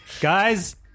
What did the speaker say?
guys